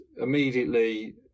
immediately